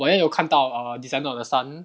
我也有看到 err descendent of the sun